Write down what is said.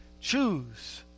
choose